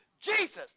Jesus